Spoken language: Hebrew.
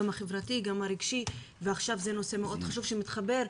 החברתי והרגשי ועכשיו זה נושא מאוד חשוב שמתחבר,